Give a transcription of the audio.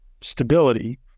stability